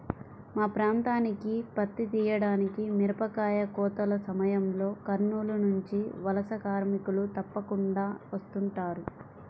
మా ప్రాంతానికి పత్తి తీయడానికి, మిరపకాయ కోతల సమయంలో కర్నూలు నుంచి వలస కార్మికులు తప్పకుండా వస్తుంటారు